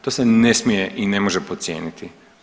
To se ne smije i ne smije podcijeniti.